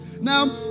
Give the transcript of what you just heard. Now